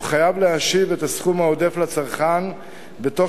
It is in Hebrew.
הוא חייב להשיב את הסכום העודף לצרכן בתוך